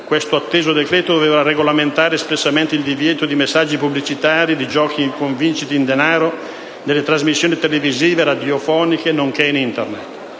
questo atteso decreto doveva regolamentare espressamente il divieto di messaggi pubblicitari di giochi con vincite in denaro nelle trasmissioni televisive, radiofoniche, nonché in Internet.